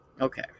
Okay